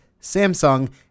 Samsung